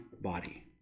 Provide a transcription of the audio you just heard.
body